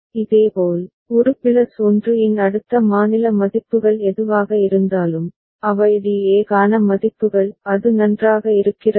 இதேபோல் ஒரு பிளஸ் 1 இன் அடுத்த மாநில மதிப்புகள் எதுவாக இருந்தாலும் அவை DA க்கான மதிப்புகள் அது நன்றாக இருக்கிறதா